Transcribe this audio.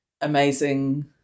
amazing